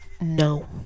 No